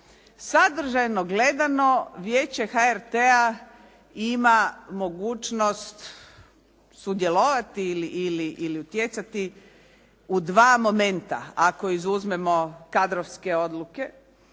Sadržajno gledano vijeće HRT-a ima mogućnost sudjelovati ili utjecati u dva momenta ako izuzmemo kadrovske odluke,